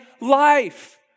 life